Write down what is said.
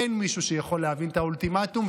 אין מישהו שיכול להבין את האולטימטום,